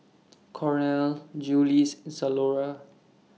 Cornell Julies Zalora